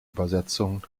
übersetzungen